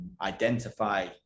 identify